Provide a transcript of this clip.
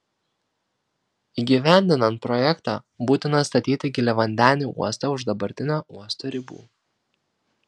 įgyvendinant projektą būtina statyti giliavandenį uostą už dabartinio uosto ribų